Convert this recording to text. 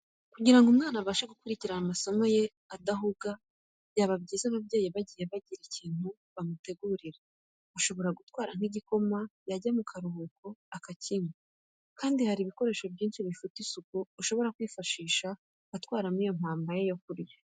Kugira ngo umwana abashe gukurikirana amasomo ye adahuga byaba byiza ababyeyi bagiye bagira ikintu bamutegurira. Ashobora gutwara nk'igikoma yajya mu karuhuko akakinywa kandi hari ibikoresho byinshi bifite isuku ashobora kwifashisha atwaramo iyo mpamba ye yo kurya.